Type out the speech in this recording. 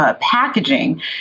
packaging